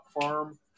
farm